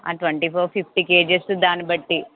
twenty four fifty kgs దాన్ని బట్టి